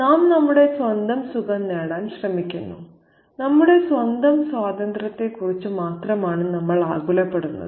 നാം നമ്മുടെ സ്വന്തം സുഖം നേടാൻ ശ്രമിക്കുന്നു നമ്മുടെ സ്വന്തം സ്വാതന്ത്ര്യത്തെക്കുറിച്ച് മാത്രമാണ് നമ്മൾ ആകുലപ്പെടുന്നത്